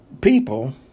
people